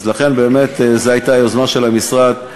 אז לכן, באמת, זו הייתה היוזמה של המשרד,